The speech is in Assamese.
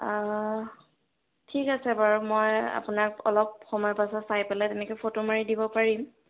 ঠিক আছে বাৰু মই আপোনাক অলপ সময় পাছত চাই পেলাই এনেকৈ ফটো মাৰি দিব পাৰিম